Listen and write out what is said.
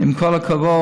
עם כל הכבוד,